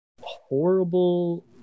horrible